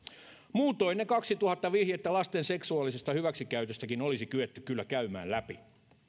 muutoin ne kaksituhatta vihjettä lasten seksuaalisesta hyväksikäytöstäkin olisi kyetty kyllä käymään läpi